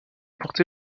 porté